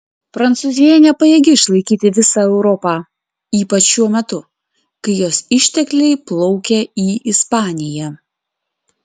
prancūzija nepajėgi išlaikyti visą europą ypač šiuo metu kai jos ištekliai plaukia į ispaniją